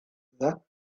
that